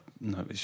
No